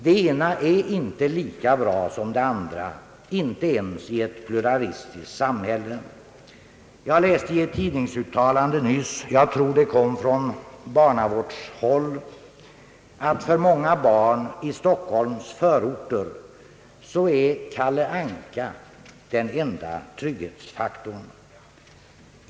Det ena är inte lika bra som det andra, inte ens i ett pluralistiskt samhälle. Jag läste ett tidningsuttalande nyligen — jag tror att det var från barnavårdshåll — att för många barn i Stockholms förorter är Kalle Anka den enda trygghetsfaktorn.